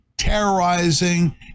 terrorizing